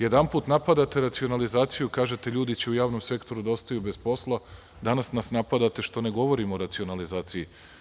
Jedanput napadate racionalizaciju i kažete – ljudi će u javnom sektoru da ostanu bez posla, a danas nas napadate što ne govorimo o racionalizaciji.